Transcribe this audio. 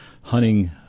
hunting